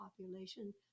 population